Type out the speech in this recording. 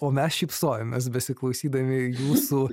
o mes šypsojomės besiklausydami jūsų